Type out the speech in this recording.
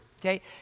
okay